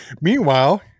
Meanwhile